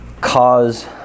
cause